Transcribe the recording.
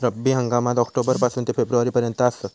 रब्बी हंगाम ऑक्टोबर पासून ते फेब्रुवारी पर्यंत आसात